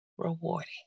rewarding